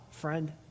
friend